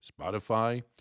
Spotify